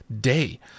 day